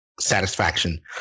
satisfaction